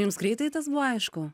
jums greitai tas buvo aišku